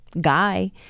guy